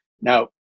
Now